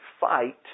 fight